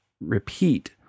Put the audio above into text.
repeat